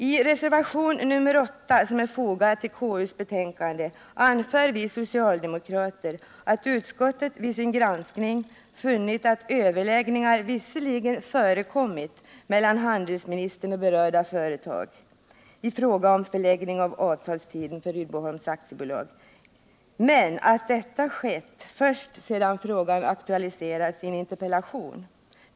I reservation nr 8, som är fogad vid KU:s betänkande, anför vi socialdemokrater att utskottet vid sin granskning funnit att överläggningar visserligen förekommit mellan handelsministern och berörda företag i fråga om förlängning av avtalstiden för Rydboholms AB, men att detta skett först sedan frågan aktualiserats i en interpellation.